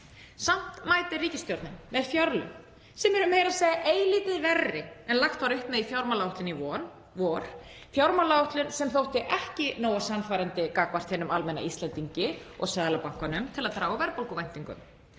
Samt mætir ríkisstjórnin með fjárlög sem eru meira að segja eilítið verri en lagt var upp með í fjármálaáætlun í vor, fjármálaáætlun sem þótti ekki nógu sannfærandi gagnvart hinum almenna Íslendingi og Seðlabankanum til að draga úr verðbólguvæntingum.